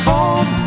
Home